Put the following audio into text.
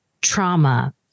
trauma